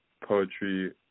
poetry